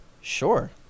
sure